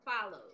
follows